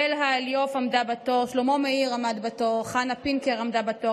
// בלהה אליוף עמדה בתור / שלמה מאיר עמד בתור / חנה פינקר עמדה בתור